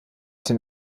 den